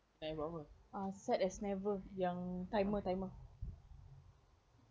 uh set as never yang timer timer